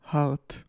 Heart